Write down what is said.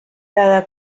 cada